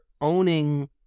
owning